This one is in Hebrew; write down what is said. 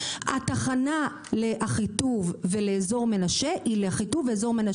התחנה לאחיטוב ולאזור מנשה היא לאחיטוב ולאזור מנשה.